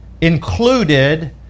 included